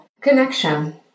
Connection